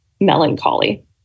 melancholy